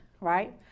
right